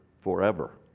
forever